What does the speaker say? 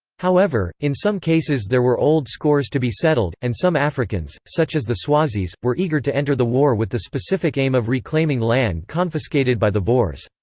however, in some cases there were old scores to be settled, and some africans, such as the swazis, were eager to enter the war with the specific aim of reclaiming land confiscated by the boers.